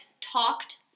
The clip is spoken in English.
talked